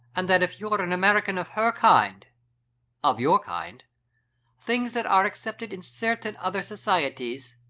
and that if you're an american of her kind of your kind things that are accepted in certain other societies,